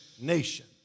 nation